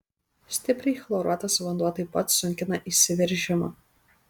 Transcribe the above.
stipriai chloruotas vanduo taip pat sunkina įsiveržimą